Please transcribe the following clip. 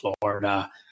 Florida